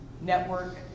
network